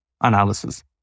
analysis